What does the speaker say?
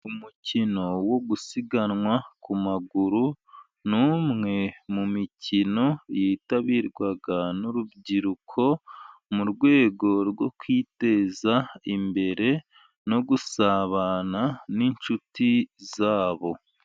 Umukino wo gusiganwa ku maguru ni umwe mu mikino yitabirwa n'urubyiruko, mu rwego rwo kwiteza imbere no gusabana n'inshuti za bo.